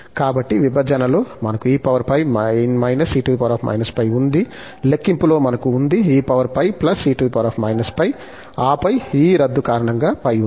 కాబట్టి విభజనలో మనకు eπ−e−π ఉంది లెక్కింపులో మనకు ఉంది eπe−π ఆపై ఈ రద్దు కారణంగా π ఉంది